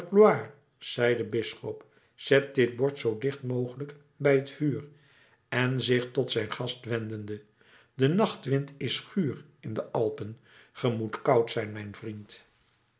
zei de bisschop zet dit bord zoo dicht mogelijk bij het vuur en zich tot zijn gast wendende de nachtwind is guur in de alpen ge moet koud zijn mijn vriend